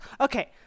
Okay